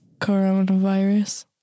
coronavirus